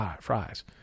fries